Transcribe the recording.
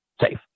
safe